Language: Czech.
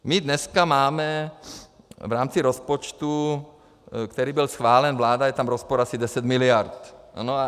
My dneska máme v rámci rozpočtu, který byl schválen vláda, je tam rozpor asi 10 mld.